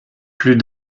plus